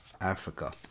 Africa